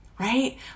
Right